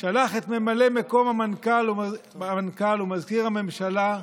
שלח את ממלא מקום המנכ"ל ומזכיר הממשלה,